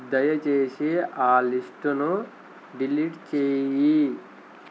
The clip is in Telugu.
దయచేసి ఆ లిస్టును డిలీట్ చేయి